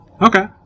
Okay